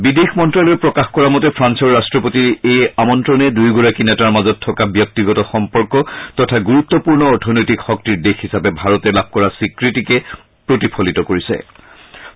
বিদেশ মন্ত্ৰালয়ে প্ৰকাশ কৰা মতে ফ্ৰান্সৰ ৰাট্টপতিৰ এই আমন্তণে দুয়োগৰাকী নেতাৰ মাজত থকা ব্যক্তিগত সম্পৰ্ক তথা গুৰুত্পূৰ্ণ অৰ্থনৈতিক শক্তিৰ দেশ হিচাপে ভাৰতে লাভ কৰা স্বীকৃতিকে প্ৰতিফলিত কৰিছে